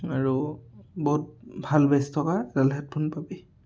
আৰু বহুত ভাল বেছ থকা এডাল হেডফোন পাবি